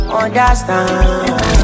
understand